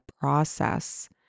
process